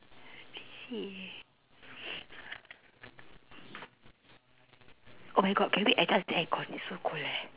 I see oh my god can we adjust the aircon it's so cold eh